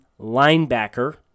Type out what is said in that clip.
linebacker